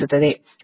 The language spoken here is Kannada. ಆದ್ದರಿಂದ ಇದು 52